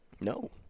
No